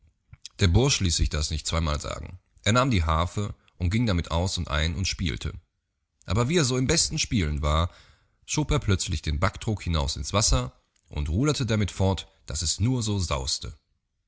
der bursch ließ sich das nicht zweimal sagen er nahm die harfe und ging damit aus und ein und spielte aber wie er so im besten spielen war schob er plötzlich den backtrog hinaus ins wasser und ruderte damit fort daß es nur so saus'te